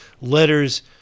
letters